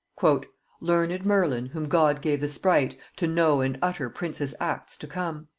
learned merlin whom god gave the sprite to know and utter princes' acts to come,